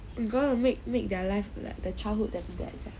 gonna make make their life like the childhood damn bad